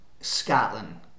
Scotland